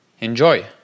Enjoy